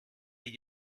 gli